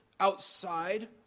outside